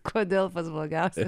kodėl pats blogiausias